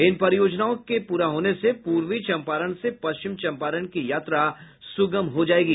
इन परियोजनाओं के पूरा होने से पूर्वी चम्पारण से पश्चिम चम्पारण की यात्रा सुगम हो जायेगी